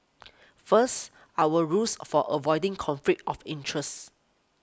first our rules for avoiding conflict of interest